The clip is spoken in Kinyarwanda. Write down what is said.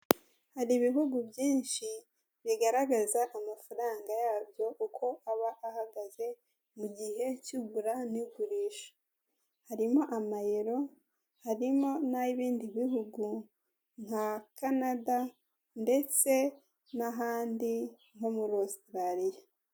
Hari ibihugu byinshi bigaragaza amafaranga yabyo uko aba ahagaze, mu gihe cy'igura n'igurisha harimo amayero, harimo n'ay'ibindi bihugu nka Kanada ndetse n'ahandi nko muri Ositaraliya.